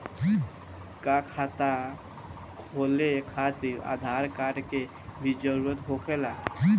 का खाता खोले खातिर आधार कार्ड के भी जरूरत होखेला?